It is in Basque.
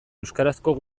euskarazko